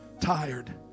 tired